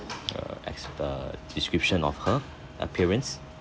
err ex~ err description of her appearance